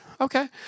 okay